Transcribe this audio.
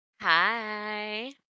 Hi